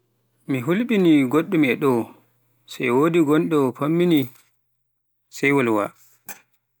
Mi hulɓinii goɗɗum e ɗoo, so e woodi gonɗo faamminii sey wolwa.